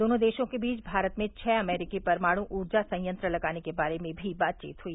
दोनों देशों के बीच भारत में छह अमरीकी परमाणु ऊर्जा संयंत्र लगाने के बारे में भी बातचीत हुई